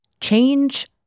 Change